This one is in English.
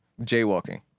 jaywalking